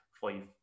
five